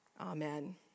Amen